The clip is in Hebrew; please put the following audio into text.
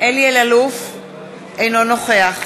אינו נוכח